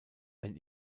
wenn